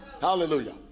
Hallelujah